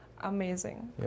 amazing